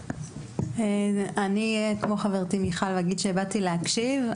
אני כמו חברתי מיכל, אגיד שבאתי להקשיב.